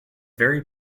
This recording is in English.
very